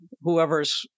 whoever's